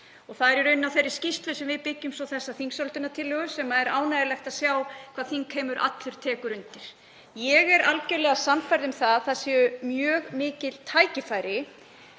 Það er í raun á þeirri skýrslu sem við byggjum svo þessa þingsályktunartillögu sem er ánægjulegt að sjá að þingheimur allur tekur undir. Ég er algerlega sannfærð um að það séu mjög mikil tækifæri